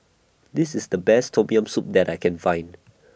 This IS The Best Tom Yam Soup that I Can Find